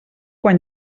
quan